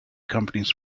companies